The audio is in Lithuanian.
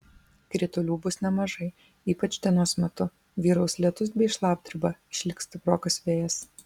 kritulių bus nemažai ypač dienos metu vyraus lietus bei šlapdriba išliks stiprokas vėjas